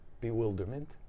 bewilderment